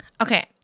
Okay